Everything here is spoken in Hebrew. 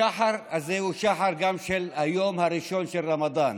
השחר הזה הוא גם שחר של היום הראשון של הרמדאן.